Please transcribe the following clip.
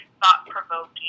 thought-provoking